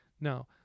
Now